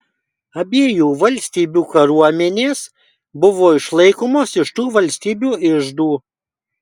abiejų valstybių kariuomenės buvo išlaikomos iš tų valstybių iždų